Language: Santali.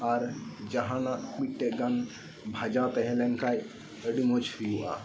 ᱟᱨ ᱡᱟᱦᱟᱱᱟᱜ ᱢᱤᱫᱴᱮᱱ ᱜᱟᱱ ᱵᱷᱟᱡᱟ ᱛᱟᱦᱮᱸ ᱞᱮᱱ ᱠᱷᱟᱱ ᱟᱹᱰᱤ ᱢᱚᱸᱡᱽ ᱦᱳᱭᱳᱜᱼᱟ